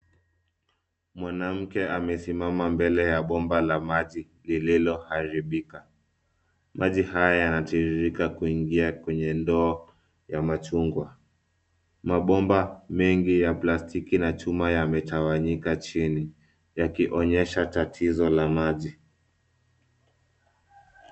Mwanamke amesimama mbele ya bomba la maji, lililoharibika. Maji haya yanatiririka kuingia kwenye ndoo ya machungwa .Mabomba mengi ya plastiki na chuma yametawanyika chini, yakionyesha, tatizo la maji.